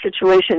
situation